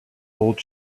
old